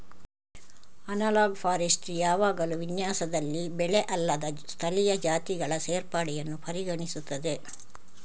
analogue forestry ಯಾವಾಗಲೂ ವಿನ್ಯಾಸದಲ್ಲಿ ಬೆಳೆ ಅಲ್ಲದ ಸ್ಥಳೀಯ ಜಾತಿಗಳ ಸೇರ್ಪಡೆಯನ್ನು ಪರಿಗಣಿಸುತ್ತದೆ